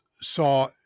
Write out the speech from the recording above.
saw